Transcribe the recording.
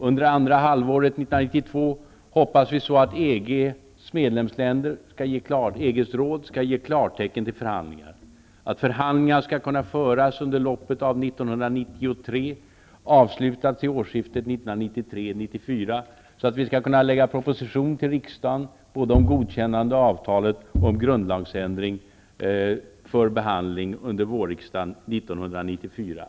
Under andra halvåret 1992 hoppas vi att EG:s medlemsråd skall ge klartecken till förhandlingar och att förhandlingar skall kunna föras under loppet av 1993 och avslutas vid årsskiftet 1993-1994, så att vi skall kunna lägga fram en proposition till riksdagen både om ett godkännande av avtalet och om en grundlagsändring för behandling under våren 1994.